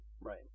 Right